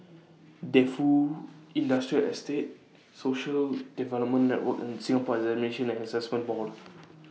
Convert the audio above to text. Defu Industrial Estate Social Development Network and Singapore Examinations and Assessment Board